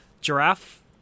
giraffe